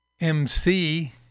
MC